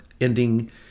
ending